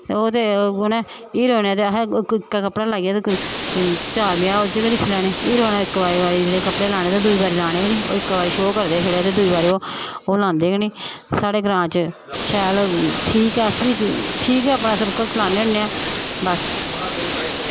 ते ओह् ते उ'नें हीरोइनें ते असें इक्कै कपड़ा लाइयै ते चार ब्याह् ओह्दे च गै दिक्खी लैने हीरोइनै इक बारी जेह्ड़े कपड़े लाने ते दुई बारी लाने गै निं इक बारी शो करदे छड़े ते दूई बारी ओह् लांदे गै निं साढ़े ग्रां च शैल ठीक ऐ अस बी ठीक ऐ अपना सर्कल चलान्ने होन्ने आं बस